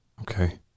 Okay